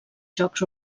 jocs